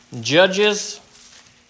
Judges